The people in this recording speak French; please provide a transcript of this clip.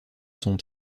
son